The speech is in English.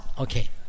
Okay